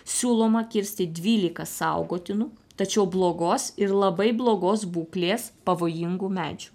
siūloma kirsti dvylika saugotinų tačiau blogos ir labai blogos būklės pavojingų medžių